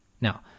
Now